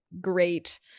great